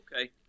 Okay